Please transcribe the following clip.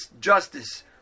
justice